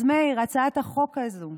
אז מאיר, הצעת החוק הזו,